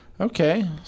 Okay